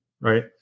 right